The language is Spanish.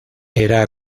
era